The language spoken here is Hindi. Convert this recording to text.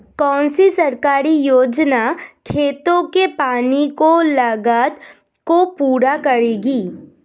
कौन सी सरकारी योजना खेतों के पानी की लागत को पूरा करेगी?